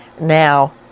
now